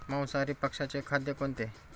मांसाहारी पक्ष्याचे खाद्य कोणते?